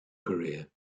career